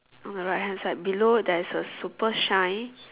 on the right hand side below there's a super shine